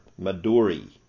Maduri